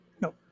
no